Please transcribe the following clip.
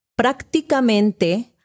prácticamente